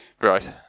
Right